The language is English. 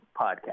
podcast